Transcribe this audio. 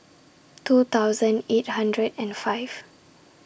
two thousand eight hundred and five